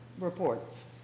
reports